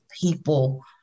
people